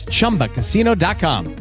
ChumbaCasino.com